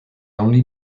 only